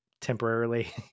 temporarily